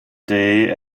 day